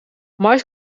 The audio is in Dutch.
maïs